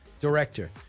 director